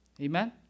Amen